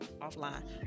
offline